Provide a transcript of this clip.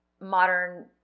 modern